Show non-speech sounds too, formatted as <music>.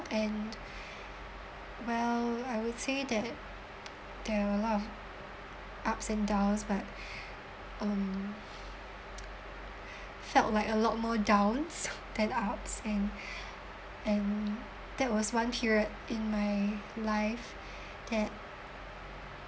and <breath> well I would say that there're a lot of ups and downs but <breath> um felt like a lot more downs than ups and <breath> and that was one period in my life that